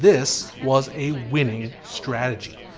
this was a winning strategy.